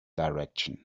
direction